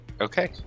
Okay